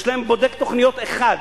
ויש להם בודק תוכניות אחד.